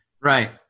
Right